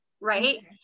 right